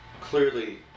clearly